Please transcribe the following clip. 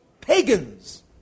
Pagans